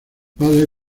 padre